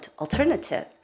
alternative